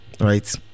Right